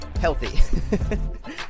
healthy